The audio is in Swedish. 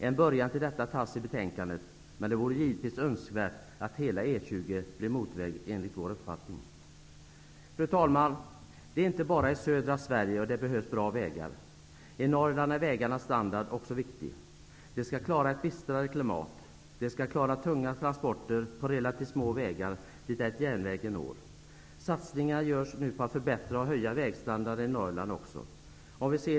Ett första steg till detta tas i betänkandet, men det vore givetvis önskvärt att hela E 20 blir motorväg, enligt vår uppfattning. Fru talman! Det är inte bara i södra Sverige som det behövs bra vägar. I Norrland är vägarnas standard också viktig. De skall klara ett bistrare klimat. De skall klara tunga transporter på relativt små vägar dit ej järnvägen når. Satsningar görs nu på att förbättra och höja vägstandarden också i Norrland.